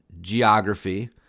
geography